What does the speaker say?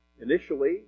Initially